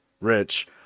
rich